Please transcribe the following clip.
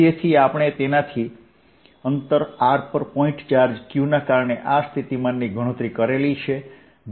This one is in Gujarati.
તેથી આપણે તેનાથી અંતર r પર પોઇન્ટ ચાર્જ q ના કારણે આ સ્થિતિમાનની ગણતરી કરી છે